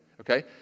okay